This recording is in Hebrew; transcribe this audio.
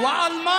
(אומר בערבית: